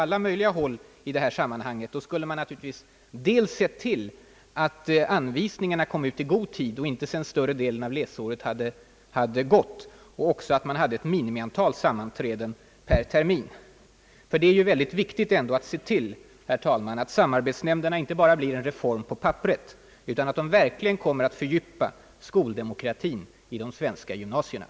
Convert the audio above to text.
I proposition 1967:85 har riktlinjerna för anordnande av yrkesutbildning inom den lokala vuxenutbildningen dragits upp. Den av fru Hamrin Thorell ställda frågan är av sådan karaktär att den bör tas upp i samband med behandlingen av propositionen.